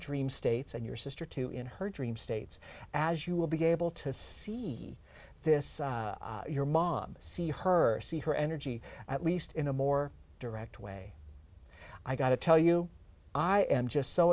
dream states and your sister too in her dream states as you will be able to see this your mom see her see her energy at least in a more direct way i gotta tell you i am just so